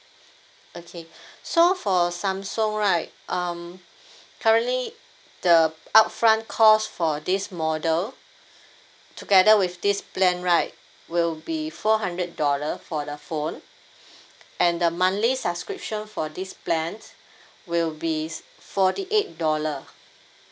okay so for samsung right um currently the upfront cost for this model together with this plan right will be four hundred dollar for the phone and the monthly subscription for this plan will be forty eight dollar